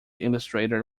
illustrator